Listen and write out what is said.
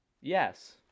Yes